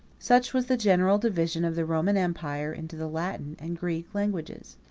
such was the general division of the roman empire into the latin and greek languages.